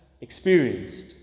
experienced